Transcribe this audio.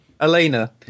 Elena